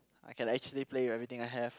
I can actually play everything I have